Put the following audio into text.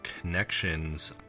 connections